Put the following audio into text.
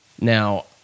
Now